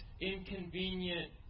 inconvenient